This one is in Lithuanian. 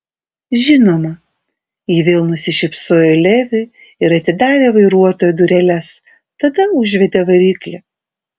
žinoma ji vėl nusišypsojo leviui ir atidarė vairuotojo dureles tada užvedė variklį